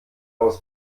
aus